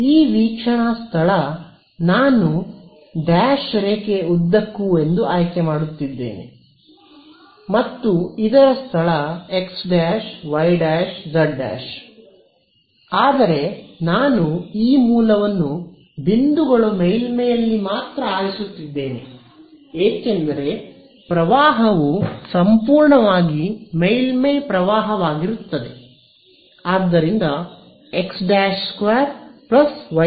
ಈ ವೀಕ್ಷಣಾ ಸ್ಥಳ ನಾನು ಡ್ಯಾಶ್ ರೇಖೆಯ ಉದ್ದಕ್ಕೂ ಎಂದು ಆಯ್ಕೆ ಮಾಡುತ್ತಿದ್ದೇನೆ ಮತ್ತು ಇದರ ಸ್ಥಳ x ' y' z ' ಆದರೆ ನಾನು ಈ ಮೂಲವನ್ನು ಬಿಂದುಗಳು ಮೇಲ್ಮೈಯಲ್ಲಿ ಮಾತ್ರ ಆರಿಸುತ್ತಿದ್ದೇನೆ ಏಕೆಂದರೆ ಪ್ರವಾಹವು ಸಂಪೂರ್ಣವಾಗಿ ಮೇಲ್ಮೈ ಪ್ರವಾಹವಾಗಿರುತ್ತದೆ ಆದ್ದರಿಂದ x'2y'2z'2a2